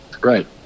Right